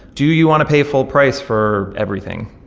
do you want to pay full price for everything?